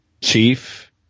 chief